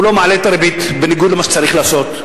הוא לא מעלה את הריבית, בניגוד למה שצריך לעשות,